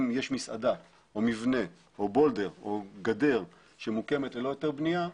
אם יש מסעדה או מבנה או בולדר או גדר שמוקמת ללא היתר בנייה,